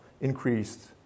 increased